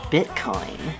Bitcoin